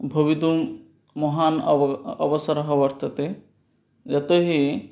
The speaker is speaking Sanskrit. भवितुं महान् अव अवसरः वर्तते यतोहि